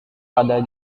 pada